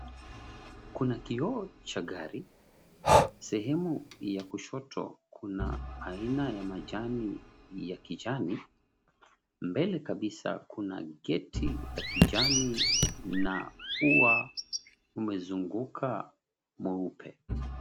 Kuna kioo cha gari. Sehemu ya kushoto kuna aina ya majani ya kijani. Mbele kabisa kuna geti la kijani na ua umezunguka mweupe.